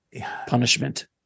punishment